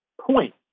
point